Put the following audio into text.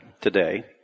today